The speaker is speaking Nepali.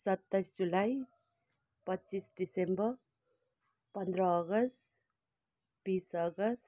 सताइस जुलाई पच्चिस डिसेम्बर पन्ध्र अगस्त बिस अगस्त